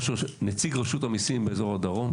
נציג רשות המיסים באזור הדרום,